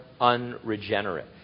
unregenerate